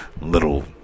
little